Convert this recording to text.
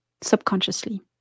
subconsciously